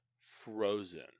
Frozen